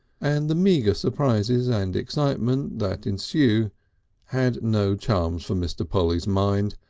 and the meagre surprises and excitements that ensue had no charms for mr. polly's mind,